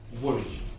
worry